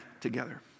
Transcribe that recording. together